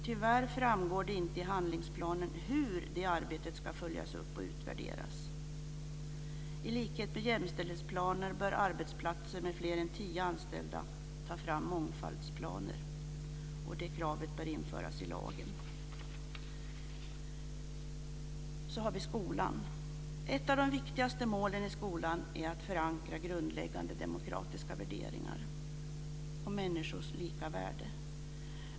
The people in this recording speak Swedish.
Tyvärr framgår det inte i handlingsplanen hur detta arbete ska följas upp och utvärderas. I likhet med vad som gäller för jämställdhetsplaner bör arbetsplatser med fler än tio anställda ta fram mångfaldsplaner. Det kravet bör införas i lagen. Så har vi skolan. Ett av de viktigaste målen i skolan är att förankra grundläggande demokratiska värderingar om människors lika värde.